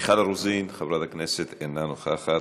מיכל רוזין, חברי הכנסת, אינה נוכחת,